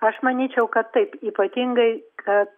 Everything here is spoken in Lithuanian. aš manyčiau kad taip ypatingai kad